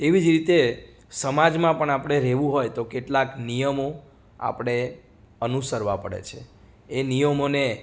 એવી જ રીતે સમાજમાં પણ આપણે રહેવું હોય તો કેટલાક નિયમો આપણે અનુસરવા પડે છે એ નિયમોને